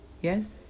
Yes